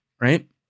right